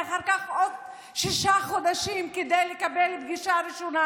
ואחר כך עוד שישה חודשים כדי לקבל פגישה ראשונה.